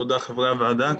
תודה חברי הוועדה,